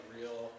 real